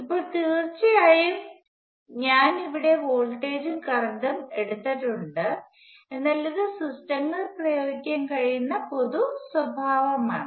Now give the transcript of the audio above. ഇപ്പോൾ തീർച്ചയായും ഞാൻ ഇവിടെ വോൾട്ടേജുകളും കറന്റും എടുത്തിട്ടുണ്ട് എന്നാൽ ഇത് സിസ്റ്റങ്ങളിൽ പ്രയോഗിക്കാൻ കഴിയുന്ന പൊതു സ്വഭാവമാണ്